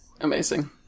Amazing